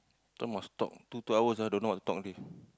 so must stop two two hours don't know what to talk already